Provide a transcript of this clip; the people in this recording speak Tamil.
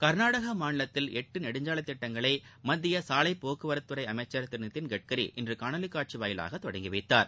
கர்நாடக மாநிலத்தில் எட்டு நெடுஞ்சாலை திட்டங்களை மத்திய சாலைப்போக்குவரத்துத்துறை அமைச்சர் திரு நிதின்கட்கரி இன்று காணொலி வாயிலாக தொடங்கி வைத்தார்